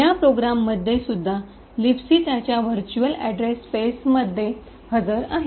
या प्रोग्राममध्ये सुद्धा लिबसी त्याच्या व्हर्च्युअल अॅड्रेस स्पेसमध्ये हजर आहे